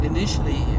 Initially